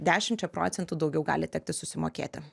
dešimčia procentų daugiau gali tekti susimokėti